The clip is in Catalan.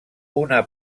una